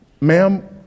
Ma'am